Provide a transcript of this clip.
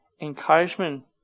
encouragement